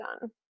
done